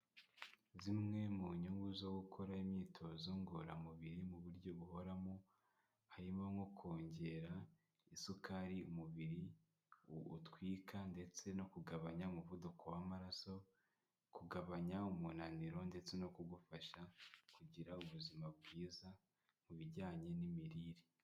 Zimwe mu nyungu zo gukora imyitozo ngororamubiri mu buryo buhorahomo, harimo nko kongera isukari umubiri, ugutwika ndetse no kugabanya umuvuduko w'amaraso, kugabanya umunaniro ndetse no kugufasha kugira ubuzima bwiza mu bijyanye n'imirire.